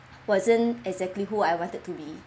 wasn't exactly who I wanted to be